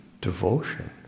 devotion